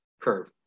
curve